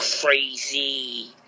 crazy